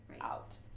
out